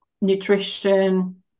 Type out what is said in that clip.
nutrition